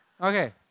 Okay